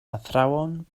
athrawon